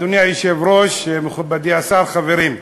אדוני היושב-ראש, מכובדי השר, חברים,